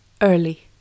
Early